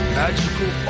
magical